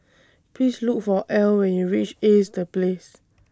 Please Look For Al when YOU REACH Ace The Place